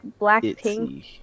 blackpink